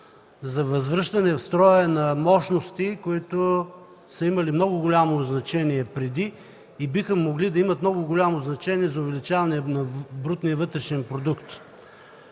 за възвръщане в строя на мощности, които преди са имали много голямо значение и биха могли да имат много голямо значение за увеличаване на брутния вътрешен продукт.